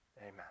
Amen